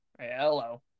Hello